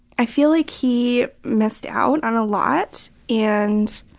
i feel like he missed out on a lot and